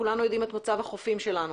כולנו יודעים את מצב החופים שלנו,